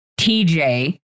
TJ